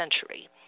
century